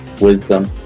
wisdom